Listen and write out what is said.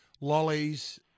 lollies